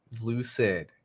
Lucid